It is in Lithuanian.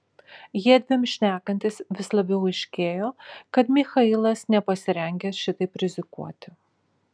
jiedviem šnekantis vis labiau aiškėjo kad michailas nepasirengęs šitaip rizikuoti